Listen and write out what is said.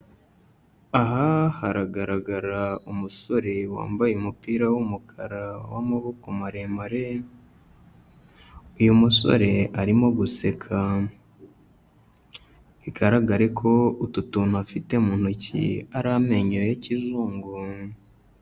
Aha haragaragara umusore wambaye umupira w'umukara w'amaboko maremare, uyu musore arimo guseka, bigaragare ko utu tuntu afite mu ntoki ari amenyo ya kizungu.